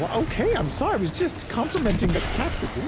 ah okay, i'm sorry. i was just complimenting the captain,